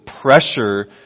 pressure